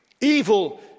Evil